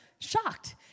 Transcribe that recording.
shocked